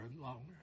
longer